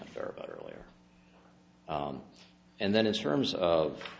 unfair about earlier and then in terms of